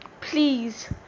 please